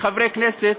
חברי הכנסת,